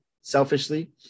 selfishly